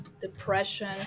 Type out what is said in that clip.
depression